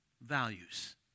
values